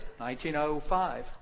1905